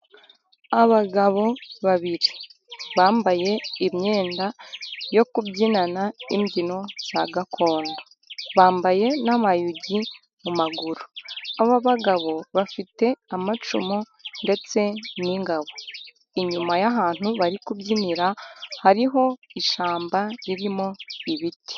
Abagabo babiri bambaye imyenda yo kubyinana imbyino za gakondo; bambaye n'amayugi mu maguru aba bagabo bafite amacumu ndetse n'ingabo, inyuma y'ahantu bari kubyinira hariho ishyamba ririmo ibiti.